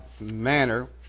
manner